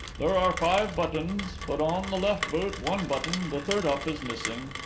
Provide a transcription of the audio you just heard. there are five buttons, but on the left boot one button the third up is missing,